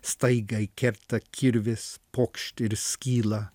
staigiai kerta kirvis pokšt ir skyla